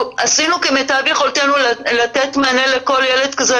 עשינו כמיטב יכולתנו לתת מענה לכל ילד כזה,